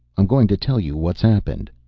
i'm going to tell you what's happened!